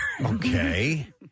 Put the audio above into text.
Okay